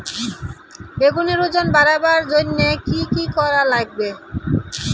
বেগুনের ওজন বাড়াবার জইন্যে কি কি করা লাগবে?